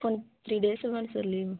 పోని three days ఇవ్వండి sir leave